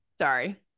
sorry